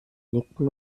nicken